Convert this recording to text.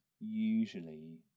Usually